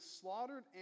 slaughtered